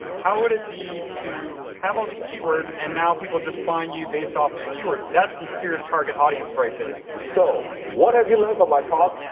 how would it be to have all these keywords, and now people just find you based off your keywords. that's some serious target audience right there. so, what have you learned from my talk?